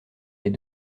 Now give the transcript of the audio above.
les